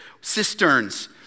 cisterns